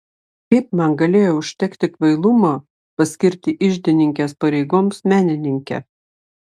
kaip man galėjo užtekti kvailumo paskirti iždininkės pareigoms menininkę